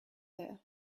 there